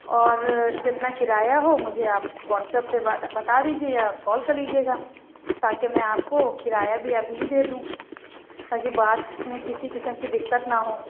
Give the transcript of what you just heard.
اور جتنا کرایہ ہو مجھے آپ واٹسایپ پہ بتا دیجیے یا کال کر لیجیے گا تاکہ میں آپ کو کرایہ بھی ابھی ہی دے دوں تاکہ بعد میں کسی قسم کی دقت نہ ہو